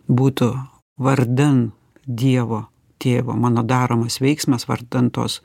būtų vardan dievo tėvo mano daromas veiksmas vardan tos